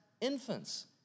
infants